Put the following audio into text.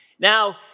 Now